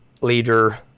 leader